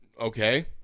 Okay